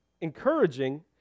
encouraging